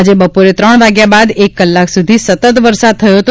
આજે બપોરે ત્રણ વાગ્યા બાદ એક કલાક સુધી સતત વરસાદ થયો હતો